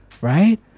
right